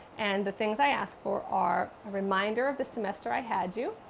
and the things i ask for are a reminder of the semester i had you,